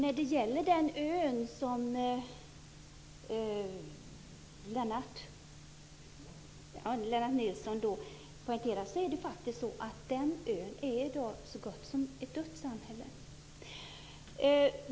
Fru talman! Den ö som Lennart Nilsson tar upp är i dag ett så gott som dött samhälle.